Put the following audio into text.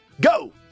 go